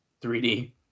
3D